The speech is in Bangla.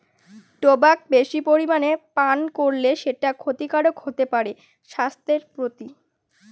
টোবাক বেশি পরিমানে পান করলে সেটা ক্ষতিকারক হতে পারে স্বাস্থ্যের প্রতি